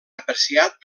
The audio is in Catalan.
apreciat